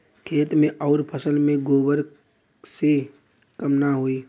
खेत मे अउर फसल मे गोबर से कम ना होई?